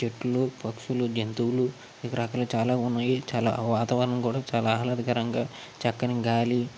చెట్లు పక్షులు జంతువులు వివిధ రకాల చాలా ఉన్నాయి చాలా వాతావరణం కూడా చాలా ఆహ్లాదకరంగా చక్కని గాలి